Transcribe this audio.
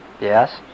yes